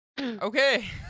Okay